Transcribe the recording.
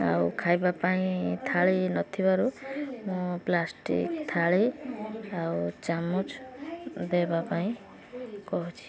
ଆଉ ଖାଇବାପାଇଁ ଥାଳି ନଥିବାରୁ ମୁଁ ପ୍ଲାଷ୍ଟିକ୍ ଥାଳି ଆଉ ଚାମଚ ଦେବାପାଇଁ କହୁଛି